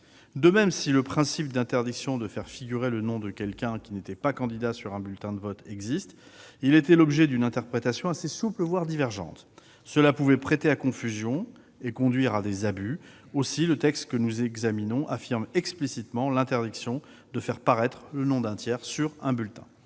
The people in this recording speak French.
De même, si le principe d'interdiction de faire figurer le nom de quelqu'un qui n'était pas candidat sur un bulletin de vote existe, il était l'objet d'une interprétation assez souple, voire divergente. Cela pouvait prêter à confusion et conduire à des abus. Aussi est désormais explicitement affirmée l'interdiction de faire paraître le nom d'un tiers sur un bulletin.